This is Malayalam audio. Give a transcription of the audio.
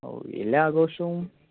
ഓ എല്ലാ ആഘോഷവും